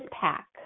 pack